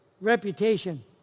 reputation